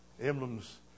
emblems